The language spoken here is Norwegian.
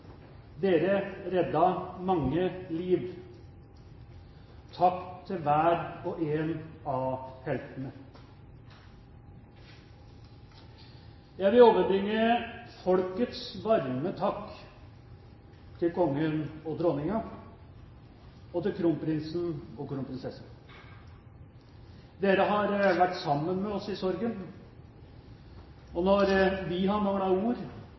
Dere reddet mange liv. Takk til hver og en av heltene. Jeg vil overbringe folkets varme takk til Kongen og Dronningen og til Kronprinsen og Kronprinsessen. Dere har vært sammen med oss i sorgen. Når vi har manglet ord,